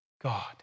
God